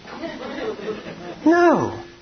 No